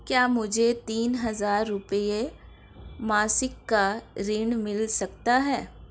क्या मुझे तीन हज़ार रूपये मासिक का ऋण मिल सकता है?